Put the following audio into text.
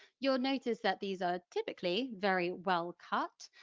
you'll notice that these are typically very well-cut,